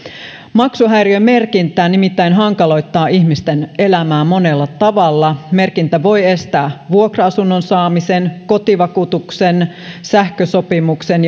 maksuhäiriömerkintä nimittäin hankaloittaa ihmisten elämää monella tavalla merkintä voi estää vuokra asunnon saamisen kotivakuutuksen sähkösopimuksen